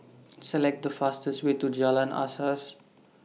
Select The fastest Way to Jalan Asas